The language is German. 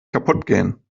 kaputtgehen